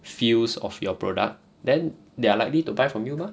feels of your product then they are likely to buy from you mah